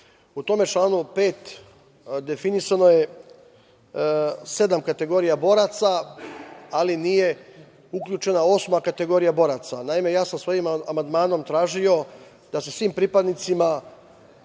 tom članu 5. definisano je sedam kategorija boraca, ali nije uključena osma kategorija boraca. Naime, ja sam svojim amandmanom tražio da se svim pripadnicima